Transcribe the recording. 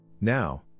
now